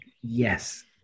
Yes